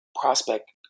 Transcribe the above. prospect